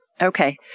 okay